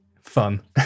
fun